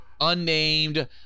unnamed